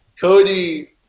cody